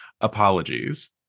apologies